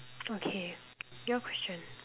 okay your question